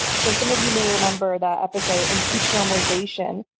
so some of you may remember that episode impeach normalization.